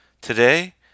Today